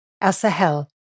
Asahel